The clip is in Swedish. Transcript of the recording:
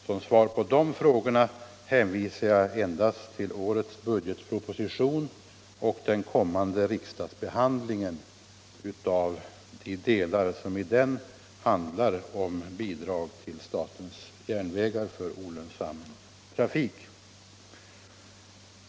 Som svar på de frågorna hänvisar jag endast till årets budgetproposition och den kommande riksdagsbehandlingen av de delar av denna som handlar om bidrag till statens järnvägar för olönsam trafik.